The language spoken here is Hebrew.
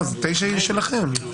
9 זה שלכם.